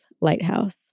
lighthouse